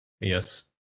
Yes